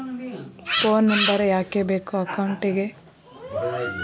Phone number ಯಾಕೆ ಬೇಕು ಅಕೌಂಟಿಗೆ?